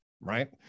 right